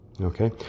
okay